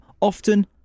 Often